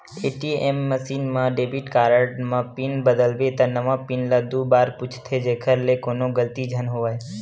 ATM machine म debit card म pin बदलबे त नवा पिन ल दू बार पूछथे जेखर ले कोनो गलती झन होवय